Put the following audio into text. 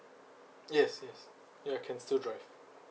yes yes ya can still drive